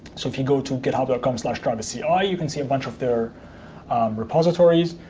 so if you go to github dot com slash travisci ah you can see a bunch of their repositories.